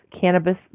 cannabis